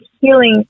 healing